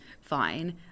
fine